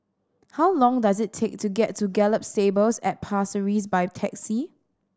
how long does it take to get to Gallop Stables at Pasir Ris by taxi